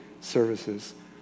services